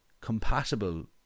compatible